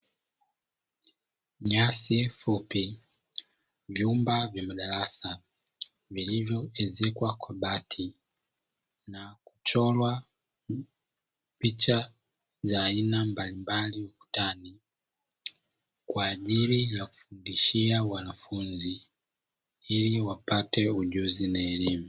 Nyasi fupi, vyumba vya madarasa vilivyoezekwa kwa bati na kuchorwa picha za aina mbalimbali ukutani, kwa ajili ya kufundishia wanafunzi ili wapate ujuzi na elimu.